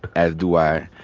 as do i.